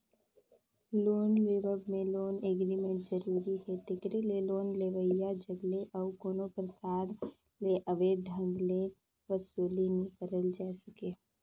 loan लेवब में loan agreement जरूरी हे तेकरे ले लोन लेवइया जग ले अउ कोनो परकार ले अवैध ढंग ले बसूली नी करल जाए सके